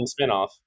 spinoff